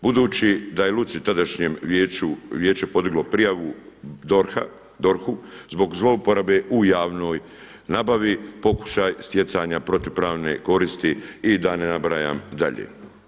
Budući da je Lucić tadašnje Vijeće podiglo prijavu DORH-u zbog zlouporabe u javnoj nabavi pokušaj stjecanja protupravne koristi i da ne nabrajam dalje.